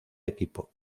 equipo